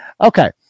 Okay